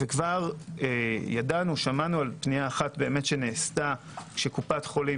שמענו על פנייה שנעשתה שקופת חולים